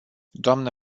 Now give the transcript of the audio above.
dnă